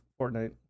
Fortnite